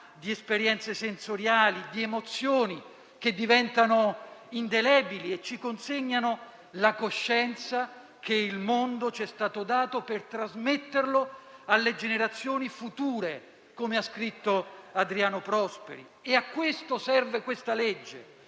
esperienze sensoriali ed emozioni che diventano indelebili e ci consegnano la coscienza che il mondo ci è stato dato per trasmetterlo alle generazioni future, come ha scritto Adriano Prosperi. A questo serve il